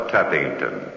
Tappington